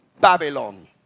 Babylon